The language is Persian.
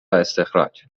استخراج